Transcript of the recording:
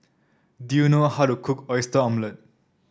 do you know how to cook Oyster Omelette